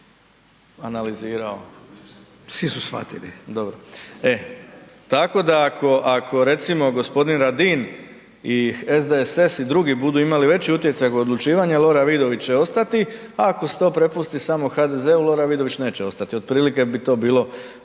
Arsen (SDP)** Dobro. Tako da ako recimo g. Radin i SDSS i drugi budu imali veći utjecaj odlučivanja Lora Vidović će ostati a ako se to prepusti samo HDZ-u Lora Vidović neće ostati, otprilike bi to bilo